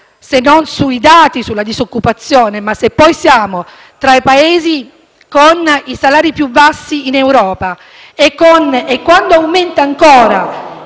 se non sui dati sulla disoccupazione; se siamo tra i Paesi con i salari più bassi in Europa e se aumenta ancora